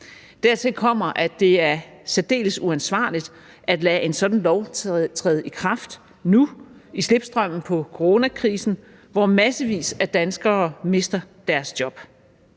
Dertil kommer, at det er særdeles uansvarligt at lade en sådan lov træde i kraft nu i slipstrømmen på coronakrisen, hvor massevis af danskere mister deres job.